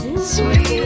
Sweet